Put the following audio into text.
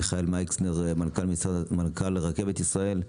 מיכאל מייקסנר, מנכ"ל רכבת ישראל,